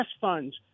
funds